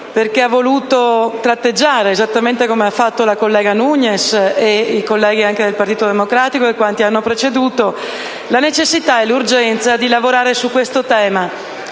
perché ha voluto tratteggiare, esattamente come hanno fatto la collega Nugnes, i colleghi del Gruppo del Partito Democratico ed altri che li hanno preceduti, la necessità e l'urgenza di lavorare sul tema